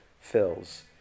fills